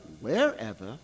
wherever